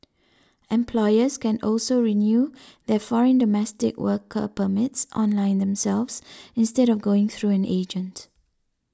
employers can also renew their foreign domestic worker permits online themselves instead of going through an agent